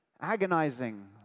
agonizing